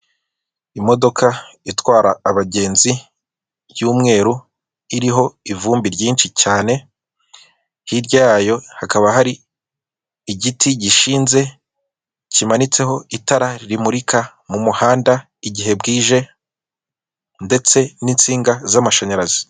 Imodoka itwara abagenzi y'umweru iriho ivumbi ryinshi cyane, hirya yayo hakaba hari igiti gishinze kimanitseho itara rimurika mu muhanda igihe bwije ndetse n'insinga z'amashanyarazi.